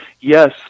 Yes